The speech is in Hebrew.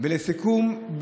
לסיכום,